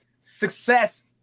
Success